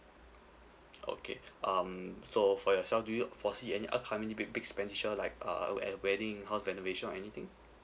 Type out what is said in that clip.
okay um for for yourself do you foresee any upcoming big big expenditure like uh a wed~ wedding house renovation or anything